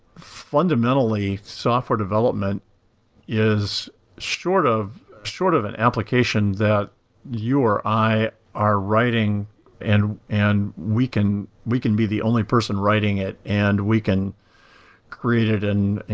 fundamentally, software development is short short of an application that you or i are writing and and we can we can be the only person writing it and we can create it and